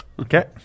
Okay